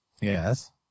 Yes